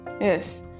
Yes